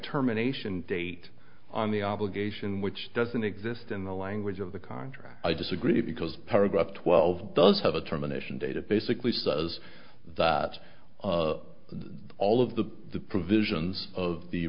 terminations date on the obligation which doesn't exist in the language of the contract i disagree because paragraph twelve does have a terminations data basically says that all of the provisions of the